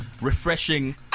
refreshing